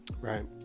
Right